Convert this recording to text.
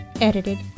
Edited